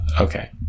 Okay